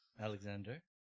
Alexander